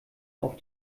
auf